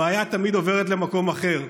הבעיה תמיד עוברת למקום אחר.